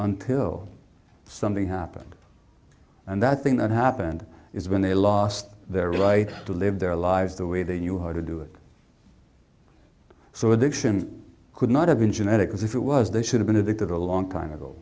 until something happened and that thing that happened is when they lost their right to live their lives the way they knew how to do it so addiction could not have been genetic as if it was they should have been addicted a long time ago